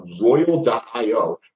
royal.io